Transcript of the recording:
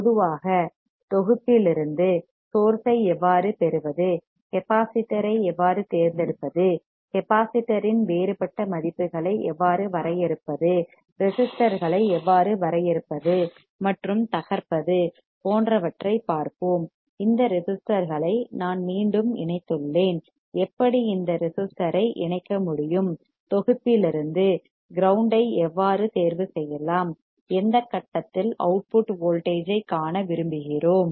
பொதுவாக தொகுப்பிலிருந்து சோர்ஸ் ஐ எவ்வாறு பெறுவது கெப்பாசிட்டர் ஐ எவ்வாறு தேர்ந்தெடுப்பது கெப்பாசிட்டர் இன் வேறுபட்ட மதிப்புகளை எவ்வாறு வரையறுப்பது ரெசிஸ்டர்களை எவ்வாறு வரையறுப்பது மற்றும் தகர்ப்பது போன்றவற்றைப் பார்ப்போம் இந்த ரெசிஸ்டர்களை நான் மீண்டும் இணைத்துள்ளேன் எப்படி இந்த கெப்பாசிட்டர் ஐ இணைக்க முடியும் தொகுப்பிலிருந்து கிரவுண்ட் ஐ எவ்வாறு தேர்வு செய்யலாம் எந்த கட்டத்தில் அவுட்புட் வோல்டேஜ் ஐக் காண விரும்புகிறோம்